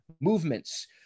movements